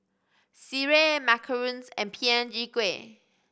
sireh macarons and Png Kueh